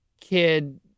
kid